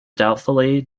doubtfully